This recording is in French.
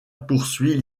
poursuit